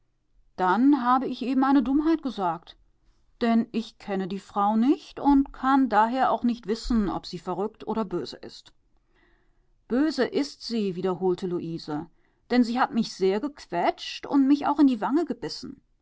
dann habe ich eben eine dummheit gesagt denn ich kenne die frau nicht und kann daher auch nicht wissen ob sie verrückt oder böse ist böse ist sie wiederholte luise denn sie hat mich sehr gequetscht und mich auch in die wange gebissen